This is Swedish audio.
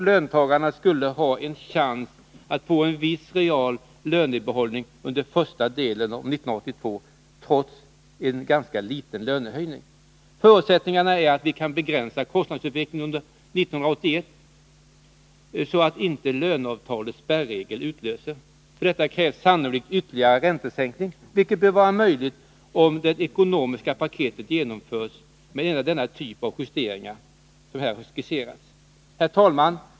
Löntagarna skulle ha en chans att få en viss real lönebehållning under första delen av 1982 trots en ganska liten lönehöjning. Förutsättningen är att vi kan begränsa kostnadsutvecklingen under 1981, så att inte löneavtalens spärregel utlöses. För detta krävs sannolikt ytterligare räntesänkningar, vilket bör vara möjligt om det ekonomiska paketet genomförs med endast den typ av justeringar som här skisserats. Herr talman!